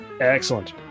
Excellent